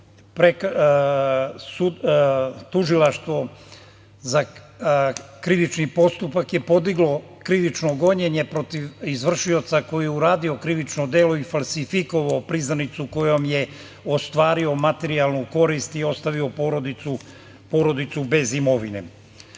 Tužilaštvo za krivični postupak je podiglo krivično gonjenje protiv izvršioca koji je uradio krivično delo i falsifikovao priznanicu kojom je ostvario materijalnu koristi i ostavio porodicu bez imovine. Dakle,